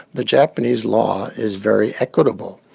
the japanese law is very equitable.